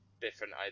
different